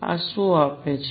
આ શું આપે છે